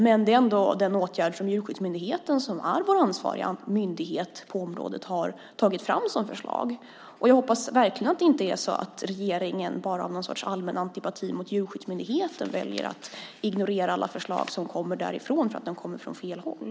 Men det är ändå den åtgärd som Djurskyddsmyndigheten, som är vår ansvariga myndighet på området, har tagit fram som förslag. Jag hoppas verkligen att det inte är så att regeringen bara av någon sorts allmän antipati mot Djurskyddsmyndigheten väljer att ignorera alla förslag som kommer därifrån för att de kommer från fel håll.